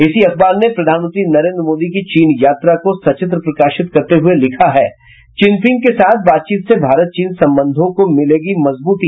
इसी अखबार ने प्रधानमंत्री नरेंद्र मादी की चीन यात्रा को सचित्र प्रकाशित करते हुये लिखा है चिनपिंग के साथ बातचीत से भारत चीन संबंधों को मिलेगी मजबूती